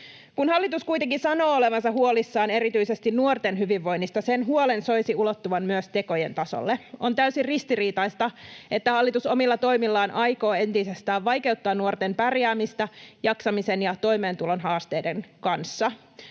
Kun hallitus kuitenkin sanoo olevansa huolissaan erityisesti nuorten hyvinvoinnista, sen huolen soisi ulottuvan myös tekojen tasolle. On täysin ristiriitaista, että hallitus omilla toimillaan aikoo entisestään vaikeuttaa nuorten pärjäämistä jaksamisen ja toimeentulon haasteiden kanssa.